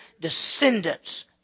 descendants